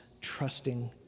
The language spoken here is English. trusting